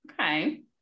Okay